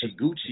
Gucci